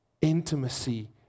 intimacy